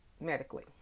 medically